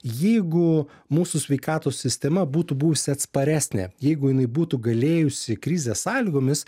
jeigu mūsų sveikatos sistema būtų buvusi atsparesnė jeigu jinai būtų galėjusi krizės sąlygomis